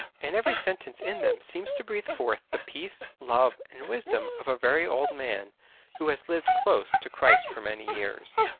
and every sentence in them seems to breathe forth the peace, love, and wisdom of a very old man who has lived close to christ for many years.